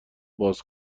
باز